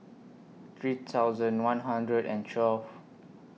three thousand one hundred and twelve